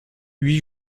huit